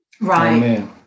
right